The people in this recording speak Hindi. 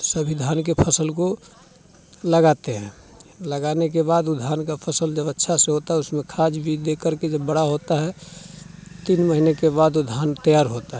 सभी धान के फसल को लगाते हैं लगाने के बाद ऊ धान का फसल जब अच्छा से होता है उसमें खाद बीज देकर के जब बड़ा होता है तीन महीने के बाद धान तैयार होता है